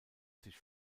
sich